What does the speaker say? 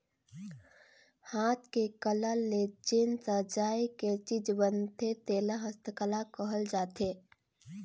हाथ के कला ले जेन सजाए के चीज बनथे तेला हस्तकला कहल जाथे